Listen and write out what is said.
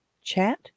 chat